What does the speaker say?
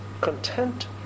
Content